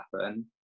happen